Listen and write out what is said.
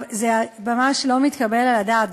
זה ממש לא מתקבל על הדעת.